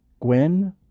Gwen